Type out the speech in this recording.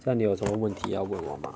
这样你有什么问题要问我吗